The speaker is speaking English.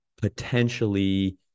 Potentially